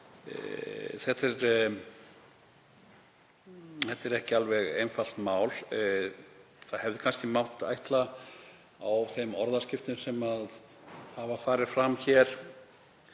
Þetta er ekki alveg einfalt mál. Það hefði kannski mátt ætla af þeim orðaskiptum sem farið hafa fram hér